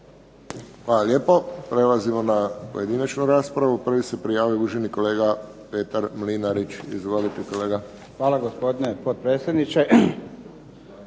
Hvala lijepo. Prelazimo na pojedinačnu raspravu. Prvi se prijavio uvaženi kolega Petar Mlinarić. Izvolite. **Mlinarić, Petar (HDZ)** Hvala gospodine potpredsjedniče.